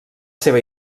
seva